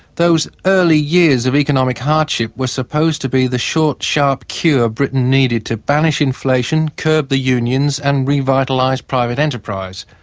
those early years of economic hardship were supposed to be the short, sharp cure britain needed to banish inflation, curb the unions and revitalise private enterprise.